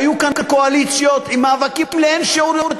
היו כאן קואליציות עם מאבקים קשים יותר לאין שיעור,